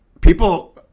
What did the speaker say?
people